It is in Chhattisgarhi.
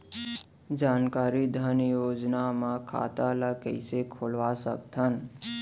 जानकारी धन योजना म खाता ल कइसे खोलवा सकथन?